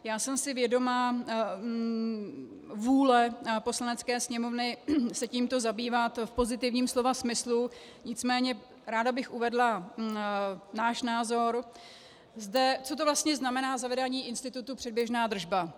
Já jsem si vědoma vůle Poslanecké sněmovny se tímto zabývat v pozitivním slova smyslu, nicméně ráda bych uvedla náš názor, co to vlastně znamená zavedení institutu předběžná držba.